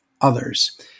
others